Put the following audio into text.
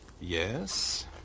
Yes